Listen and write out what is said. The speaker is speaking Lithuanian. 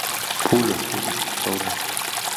pūlius visiškus kalba